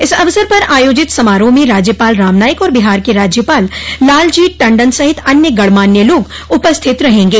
इस अवसर पर आयोजित समारोह में राज्यपाल राम नाईक और बिहार के राज्यपाल लालजी टंडन सहित अन्य गणमान्य लोग उपस्थित रहेंगे